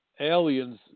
aliens